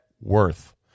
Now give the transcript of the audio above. worth